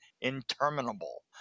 interminable